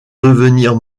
devenir